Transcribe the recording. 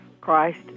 Christ